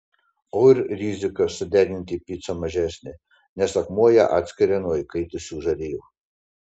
o ir rizika sudeginti picą mažesnė nes akmuo ją atskiria nuo įkaitusių žarijų